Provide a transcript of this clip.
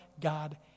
God